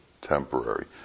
temporary